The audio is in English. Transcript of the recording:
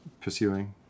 pursuing